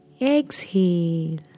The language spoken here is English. exhale